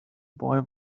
boy